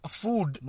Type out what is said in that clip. food